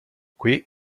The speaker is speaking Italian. qui